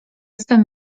swym